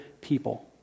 people